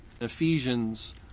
Ephesians